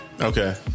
Okay